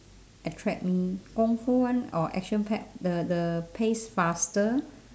attract me kungfu one or action packed the the pace faster